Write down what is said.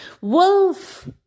Wolf